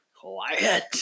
Quiet